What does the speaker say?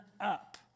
up